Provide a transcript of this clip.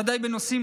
ודאי בנושאים